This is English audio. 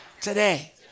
Today